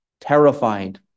terrified